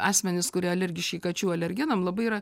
asmenys kurie alergiški kačių alergenam labai yra